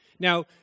Now